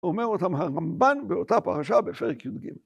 אומר אותם הרמב"ן באותה פרשה בפרק י"ג.